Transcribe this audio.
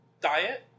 diet